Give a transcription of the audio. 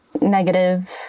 negative